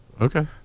Okay